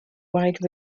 wide